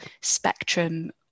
spectrum